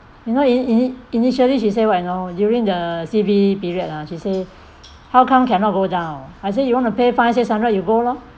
you know ini~ ini~ initially she say what you know during the C_B period lah she say how come cannot go down I say you want to pay five six hundred you go lor